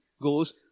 goes